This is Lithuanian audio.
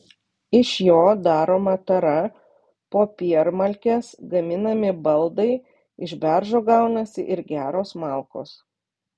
iš jo daroma tara popiermalkės gaminami baldai iš beržo gaunasi ir geros malkos